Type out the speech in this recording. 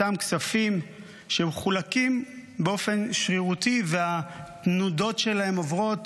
אותם כספים שמחולקים באופן שרירותי והתנודות שלהם עוברות